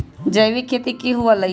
जैविक खेती की हुआ लाई?